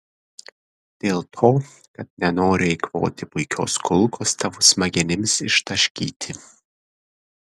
dėl to kad nenoriu eikvoti puikios kulkos tavo smegenims ištaškyti